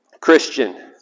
Christian